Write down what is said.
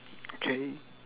okay